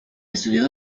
estudió